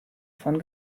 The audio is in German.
von